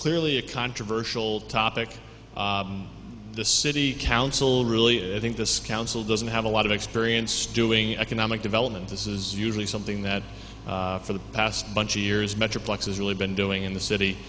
clearly a controversial topic the city council really a i think this council doesn't have a lot of experience doing economic development this is usually something that for the past bunch of years metroplex has really been doing in the city